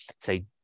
say